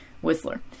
whistler